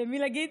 למי להגיד?